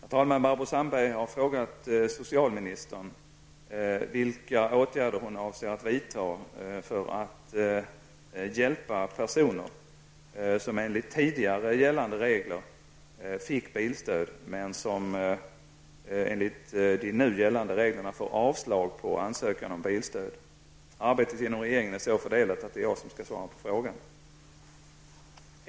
Herr talman! Barbro Sandberg har frågat socialministern vilka åtgärder hon avser vidta för att hjälpa personer som enligt tidigare gällande regler fick bilstöd, men som enligt de nu gällande reglerna får avslag på ansökan om bilstöd. Arbetet inom regeringen är så fördelat att det är jag som skall svara på frågan.